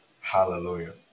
Hallelujah